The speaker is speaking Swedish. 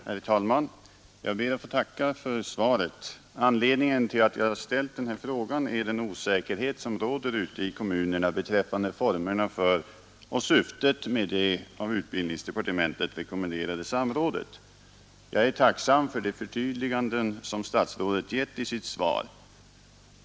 Herr talman! Jag ber att få tacka för svaret. Anledningen till att jag ställt den här frågan är den osäkerhet som råder ute i kommunerna beträffande formerna för och syftet med det av utbildningsdepartementet rekommenderade samrådet. Jag är tacksam för de förtydliganden som statsrådet gett i sitt svar.